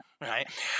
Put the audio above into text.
Right